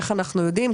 איך אנחנו יודעים?